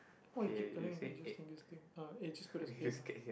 why you keep coming and adjusting this thing ah eh just put as eight lah